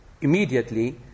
immediately